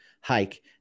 hike